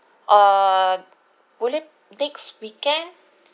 err would it next weekend